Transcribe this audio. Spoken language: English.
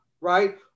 right